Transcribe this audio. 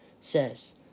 says